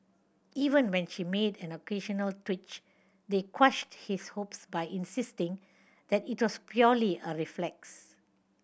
even when she made an occasional twitch they quashed his hopes by insisting that it was purely a reflex